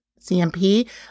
CMP